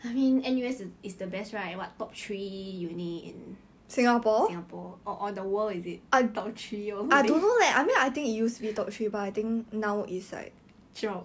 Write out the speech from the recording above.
I mean N_U_S is is the best right what top three uni in singapore or or the world is it top three or somthing